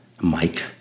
mike